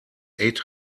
eight